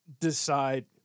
decide